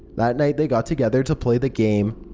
that night, they got together to play the game.